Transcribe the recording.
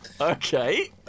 Okay